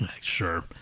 Sure